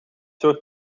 soort